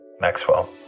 Maxwell